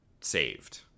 saved